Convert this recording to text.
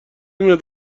میاد